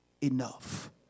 enough